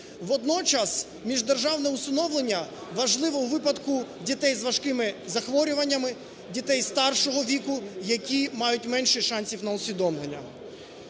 Водночас міждержавне усиновлення важливе у випадку дітей з важкими захворюваннями, дітей старшого віку, які мають менше шансів на усиновлення.